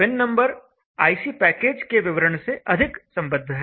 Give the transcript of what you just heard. pin number IC package के विवरण से अधिक सम्बद्ध है